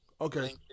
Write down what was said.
Okay